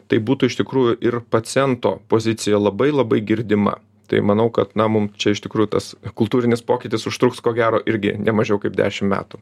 tai būtų iš tikrųjų ir paciento pozicija labai labai girdima tai manau kad na mum čia iš tikrųjų tas kultūrinis pokytis užtruks ko gero irgi ne mažiau kaip dešim metų